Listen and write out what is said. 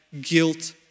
guilt